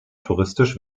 touristisch